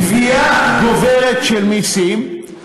גבייה גוברת של מסים,